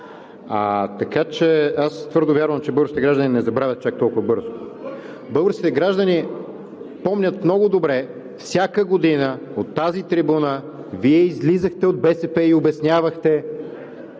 Твърдо вярвам, че българските граждани не забравят чак толкова бързо. Българските граждани помнят много добре – всяка година от тази трибуна Вие от БСП излизахте и обяснявахте